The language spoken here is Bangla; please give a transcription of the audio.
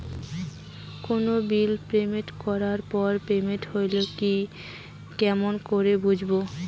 কোনো বিল পেমেন্ট করার পর পেমেন্ট হইল কি নাই কেমন করি বুঝবো?